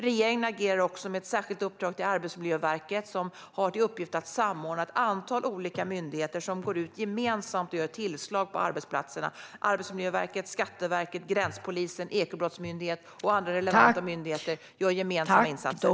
Regeringen agerar också i och med ett särskilt uppdrag till Arbetsmiljöverket, som har till uppgift att samordna ett antal olika myndigheter som gemensamt gör tillslag på arbetsplatserna. Arbetsmiljöverket, Skatteverket, gränspolisen, Ekobrottsmyndigheten och andra relevanta myndigheter gör gemensamma insatser.